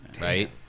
right